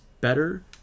better